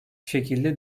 şekilde